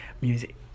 music